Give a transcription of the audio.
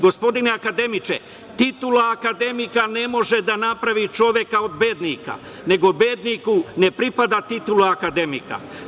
Gospodine akademiče, titula akademika ne može da napravi čoveka od bednika, nego bedniku ne pripada titula akademika.